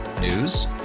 News